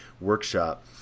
workshop